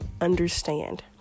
understand